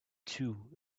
two